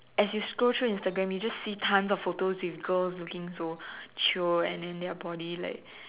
as you scroll through Instagram you just see tons of photos with girls looking so chio and then their body like